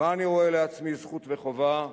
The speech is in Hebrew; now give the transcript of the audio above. "מה אני רואה לעצמי זכות וחובה